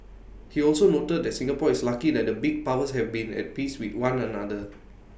he also noted that Singapore is lucky that the big powers have been at peace with one another